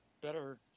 better